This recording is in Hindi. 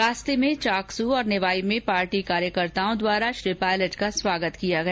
रास्ते में चाकसू तथा निवाई में पार्टी कार्यकर्ताओं द्वारा श्री पायलट का स्वागत किया गया